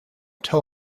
tell